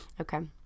okay